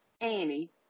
Annie